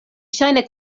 ŝajne